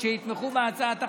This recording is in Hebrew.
שיתמכו בהצעת החוק.